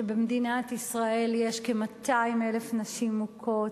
שבמדינת ישראל יש כ-200,000 נשים מוכות.